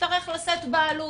יצטרך לשאת בעלות,